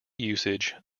usage